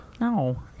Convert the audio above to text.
No